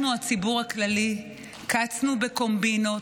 אנחנו, הציבור הכללי, קצנו בקומבינות,